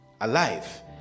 alive